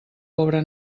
pobre